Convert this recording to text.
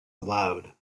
aloud